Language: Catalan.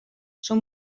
són